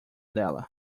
dela